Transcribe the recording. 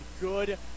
good